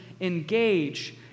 engage